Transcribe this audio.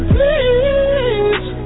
Please